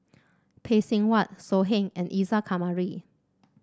Phay Seng Whatt So Heng and Isa Kamari